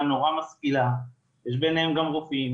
נורא משכילה ויש ביניהם גם רופאים,